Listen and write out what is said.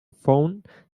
found